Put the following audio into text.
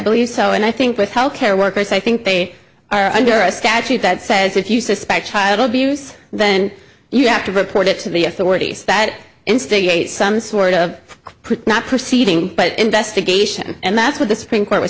believe so and i think with health care workers i think they are under a statute that says if you suspect child abuse then you have to report it to be if there were yes that instigate some sort of not proceeding but investigation and that's what the supreme court was